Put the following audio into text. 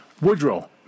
Woodrow